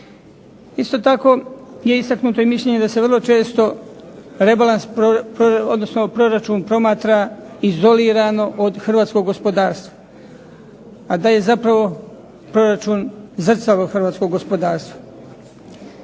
Isto tako je istaknuto i mišljenje da se vrlo često rebalans, odnosno proračun promatra izolirano od hrvatskog gospodarstva, a da je zapravo proračun zrcalo hrvatskog gospodarstva.